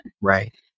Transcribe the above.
right